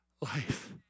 life